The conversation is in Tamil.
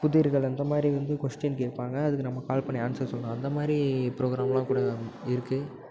புதிர்கள் அந்த மாதிரி வந்து கொஷ்டின் கேட்பாங்க அதுக்கு நம்ம கால் பண்ணி ஆன்சர் சொல்லலாம் அந்த மாதிரி புரோகிராமெலாம் கூட இருக்குது